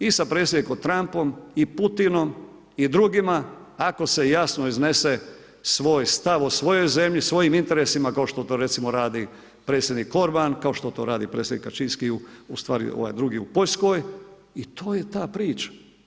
I sa predsjednikom Trumpom i Putinom i drugima ako se jasno iznese svoj stav o svojoj zemlji, svojim interesima kao što to recimo radi predsjednik Orban, kao što to radi predsjednik Kaczynski, ustvari ovaj drugi u Poljskoj i to je ta priča.